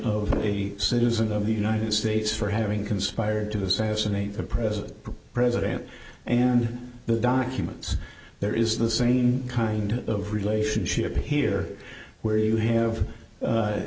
of a citizen of the united states for having conspired to assassinate the president president and the documents there is the same kind of relationship here where you have